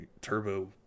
turbo